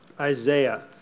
Isaiah